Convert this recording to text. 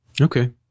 Okay